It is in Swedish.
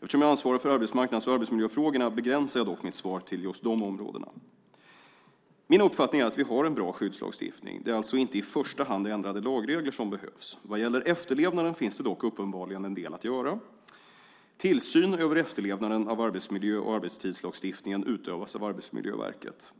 Eftersom jag ansvarar för arbetsmarknads och arbetsmiljöfrågorna begränsar jag mitt svar till just de områdena. Min uppfattning är att vi har en bra skyddslagstiftning. Det är alltså inte i första hand ändrade lagregler som behövs. Vad gäller efterlevnaden finns det dock uppenbarligen en del att göra. Tillsyn över efterlevnaden av arbetsmiljö och arbetstidslagstiftningen utövas av Arbetsmiljöverket.